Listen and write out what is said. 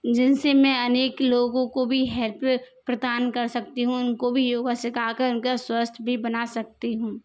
जिन से मैं अनेक लोगों को भी हेल्प प्रदान कर सकती हूँ उनको भी योग सीखा कर उनका स्वस्थ्य भी बना सकती हूँ